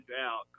out